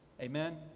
Amen